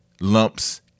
lumps